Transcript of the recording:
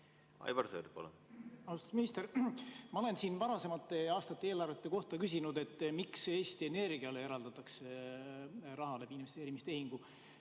Austatud minister! Ma olen siin varasemate aastate eelarvete kohta küsinud, miks Eesti Energiale eraldatakse raha investeerimistehinguteks.